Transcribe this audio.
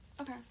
Okay